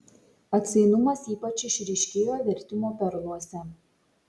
atsainumas ypač išryškėjo vertimo perluose